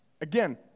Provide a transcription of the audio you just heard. again